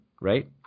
right